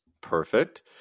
Perfect